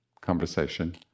conversation